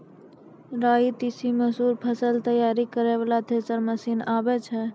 राई तीसी मसूर फसल तैयारी करै वाला थेसर मसीन आबै छै?